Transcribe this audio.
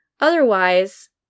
Otherwise